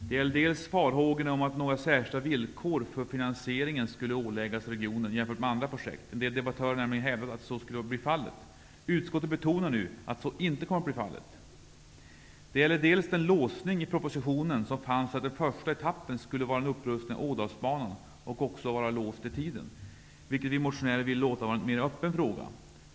Det gäller farhågorna om att några särskilda villkor för finansieringen skulle åläggas regionen jämfört med andra projekt. En del debattörer har hävdat att så skall bli fallet. Utskottet betonar nu att så kommer inte att bli fallet. Det gäller också den låsning i propositionen som fanns till att den första etappen skulle vara en upprustning av Ådalsbanan, vilket vi motionärer ville låta vara en mer öppen fråga.